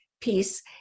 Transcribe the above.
peace